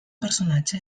personatge